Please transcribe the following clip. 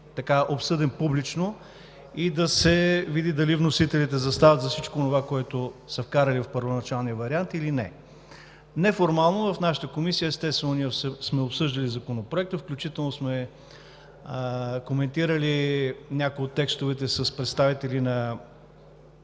обсъден публично и да се види дали вносителите застават зад всичко онова, което са вкарали в първоначалния вариант или не. Неформално в нашата комисия естествено ние сме обсъждали Законопроекта, включително сме коментирали някои от текстовете с представители на